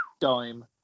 Dime